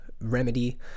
remedy